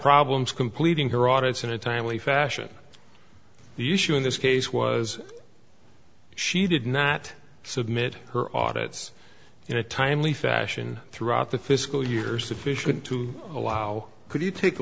problems completing her audience in a timely fashion the issue in this case was she did not submit her audit's in a timely fashion throughout the fiscal year sufficient to allow could you take a